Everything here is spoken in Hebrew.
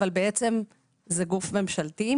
אבל בעצם זה גוף ממשלתי,